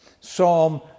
Psalm